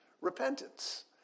repentance